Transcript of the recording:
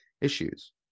issues